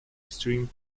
extreme